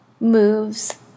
Moves